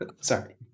Sorry